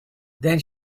then